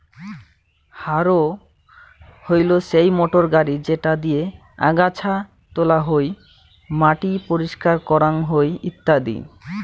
harrow হইলো সেই motor গাড়ি যেটা দিয়ে আগাছা তোলা হই, মাটি পরিষ্কার করাং হই ইত্যাদি